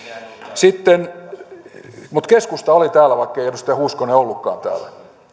mutta keskusta oli täällä vaikkei edustaja hoskonen ollutkaan täällä